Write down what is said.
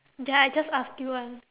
ya I just asked you one